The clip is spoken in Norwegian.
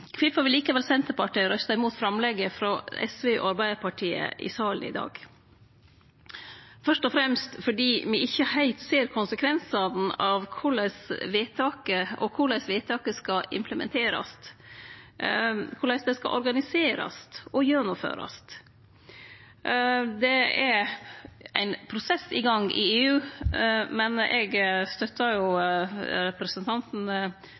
Kvifor vil likevel Senterpartiet røyste imot framlegget frå SV og Arbeidarpartiet i salen i dag? Det er fyrst og fremst fordi me ikkje heilt ser konsekvensane av korleis vedtaket skal implementarast, korleis det skal organiserast og gjennomførast. Det er ein prosess i gang i EU, men eg støttar representanten